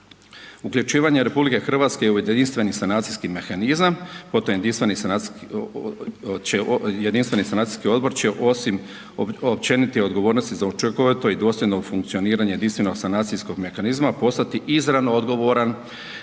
Uključivanje RH u Jedinstveni sanacijski mehanizam, potom Jedinstveni sanacijski odbor će osim općenite odgovornosti za učinkovito i dosljedno funkcioniranje Jedinstvenog sanacijskog mehanizma postati izravno odgovaran